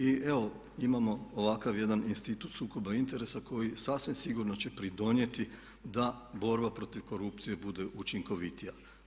I evo imamo ovakav jedan institut sukoba interesa koji sasvim sigurno će pridonijeti da borba protiv korupcije bude učinkovitija.